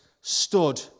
stood